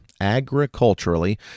agriculturally